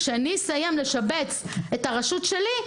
כשאני אסיים לשבץ את הרשות שלי,